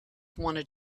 wanted